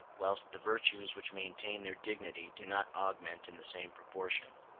whilst the virtues which maintain their dignity do not augment in the same proportion.